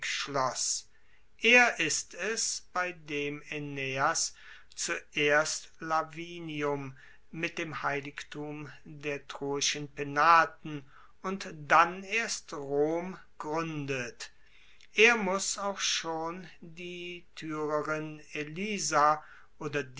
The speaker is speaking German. schloss er ist es bei dem aeneas zuerst lavinium mit dem heiligtum der troischen penaten und dann erst rom gruendet er muss auch schon die tyrerin elisa oder